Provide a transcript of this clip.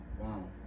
wow